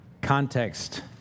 Context